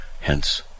Hence